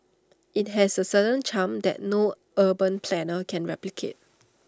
IT has A certain charm that no urban planner can replicate